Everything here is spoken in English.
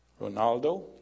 Ronaldo